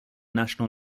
national